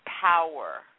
power